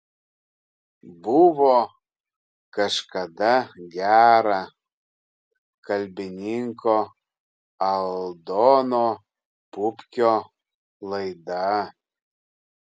buvo kažkada gera kalbininko aldono pupkio laida